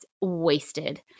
wasted